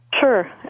Sure